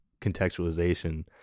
contextualization